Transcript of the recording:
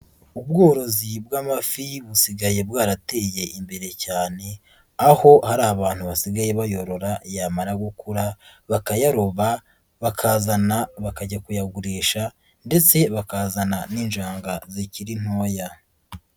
Ubworozi bw'amafi busigaye bwarateye imbere cyane, aho hari abantu basigaye bayorora yamara gukura, bakayaroba bakazana bakajya kuyagurisha ndetse bakazana n'injanga zikiri ntoya.